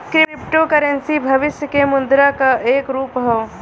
crypto currency भविष्य के मुद्रा क एक रूप हौ